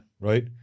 Right